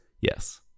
yes